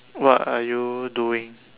what are you doing